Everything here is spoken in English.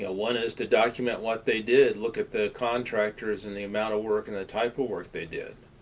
ah one is to document what they did, look at the contractors, and the amount of work and the type of work they did.